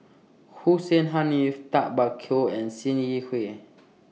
Hussein Haniff Tay Bak Koi and SIM Yi Hui